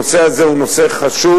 הנושא הזה הוא נושא חשוב,